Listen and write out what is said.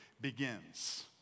begins